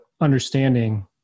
understanding